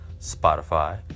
Spotify